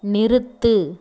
நிறுத்து